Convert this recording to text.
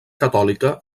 catòlica